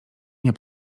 nie